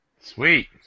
Sweet